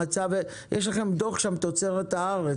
יש לכם דוח שם "תוצרת הארץ",